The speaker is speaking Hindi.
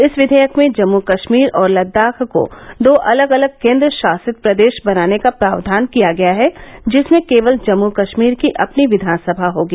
इस विधेयक में जम्मू कश्मीर और लद्दाख को दो अलग अलग केन्द्र शासित प्रदेश बनाने का प्रावधान किया गया है जिसमें केवल जम्मू कश्मीर की अपनी विधानसभा होगी